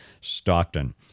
Stockton